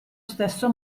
stesso